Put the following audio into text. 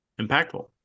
impactful